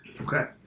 Okay